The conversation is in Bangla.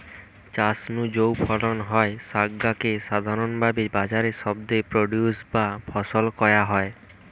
চাষ নু যৌ ফলন হয় স্যাগা কে সাধারণভাবি বাজারি শব্দে প্রোডিউস বা ফসল কয়া হয়